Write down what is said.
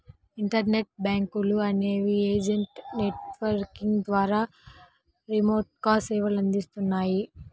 internet బ్యాంకులు అనేవి agent network ద్వారా రిమోట్గా సేవలనందిస్తాయి